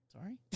Sorry